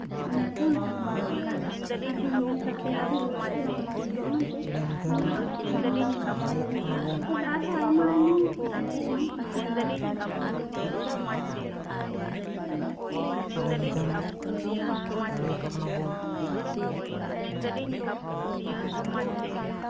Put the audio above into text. ᱧᱮᱞᱼᱡᱚᱝ ᱞᱮᱠᱟᱱ ᱵᱩᱨᱩ ᱠᱟᱱᱟ ᱟᱹᱰᱤ ᱧᱮᱞ ᱠᱟᱛᱮᱫ ᱟᱹᱰᱤ ᱨᱟᱹᱥᱠᱟᱹ ᱨᱚᱢᱚᱡ ᱵᱩᱡᱷᱟᱹᱜᱼᱟ ᱚᱱᱟᱛᱮ ᱚᱱᱟ ᱟᱥᱟᱢ ᱵᱤᱦᱟᱨ ᱵᱮᱝᱜᱚᱞ ᱜᱚᱴᱟ ᱟᱨᱦᱚᱸ ᱟᱭᱢᱟᱼᱟᱭᱢᱟ ᱡᱟᱭᱜᱟ ᱠᱷᱚᱱ ᱱᱚᱸᱰᱮ ᱧᱮᱧᱮᱞ ᱠᱚ ᱦᱤᱡᱩᱜ ᱜᱮᱭᱟ